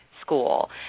school